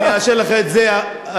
ויאשרו לך את זה הדתיים,